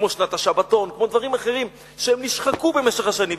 כמו שנת השבתון וכמו דברים אחרים שנשחקו במשך השנים.